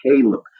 Caleb